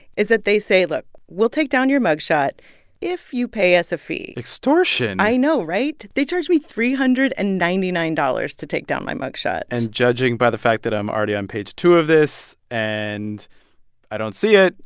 is that they say, look we'll take down your mug shot if you pay us a fee extortion i know, right? they charged me three hundred and ninety nine dollars to take down my mug shot and judging by the fact that i'm already on page two of this and i don't see it,